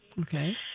Okay